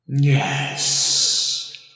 Yes